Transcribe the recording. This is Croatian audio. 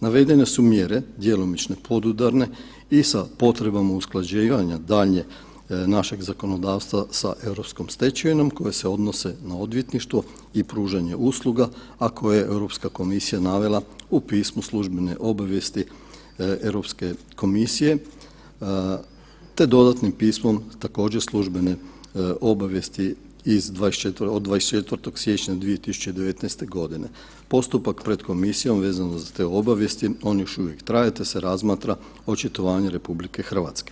Navedene su mjere, djelomično podudarne i sa potrebama usklađivanja daljnje našeg zakonodavstva sa europsko stečevinom koja se odnose na odvjetništvo i pružanje usluga, a koje je EU komisija navela u Pismu službene obavijesti EU komisije te dodatnim Pismom, također, službene obavijesti od 24. siječnja 2019. g. Postupak pred Komisijom vezano za te obavijesti, on još uvijek traje te se razmatra očitovanje RH.